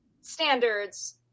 standards